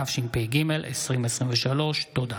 התשפ"ג 2023. תודה.